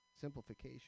simplification